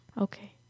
Okay